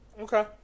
Okay